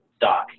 Doc